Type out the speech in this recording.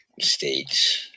state's